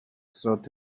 thought